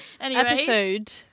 Episode